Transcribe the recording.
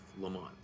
Lamont